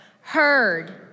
heard